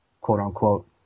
quote-unquote